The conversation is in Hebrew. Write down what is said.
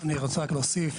אני רוצה רק להוסיף.